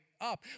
up